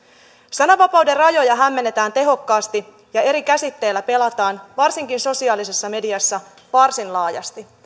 sananvapauden rajoja hämmennetään tehokkaasti ja eri käsitteillä pelataan varsinkin sosiaalisessa mediassa varsin laajasti